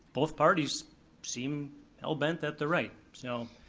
both parties seem hellbent that they're right, so,